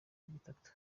bitatu